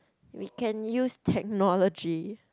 we can use technologies